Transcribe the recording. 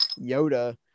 Yoda